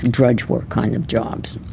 drudge work kind of jobs.